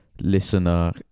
listener